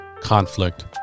conflict